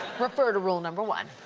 refer to rule number one.